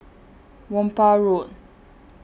Whampoa Road